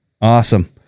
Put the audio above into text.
Awesome